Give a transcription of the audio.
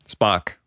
Spock